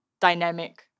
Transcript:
dynamic